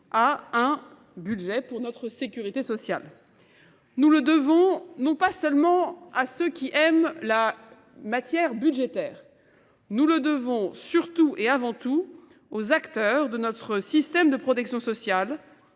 de le faire pour celui de l’État. Nous le devons non pas seulement à ceux qui aiment la matière budgétaire, mais surtout et avant tout aux acteurs de notre système de protection sociale,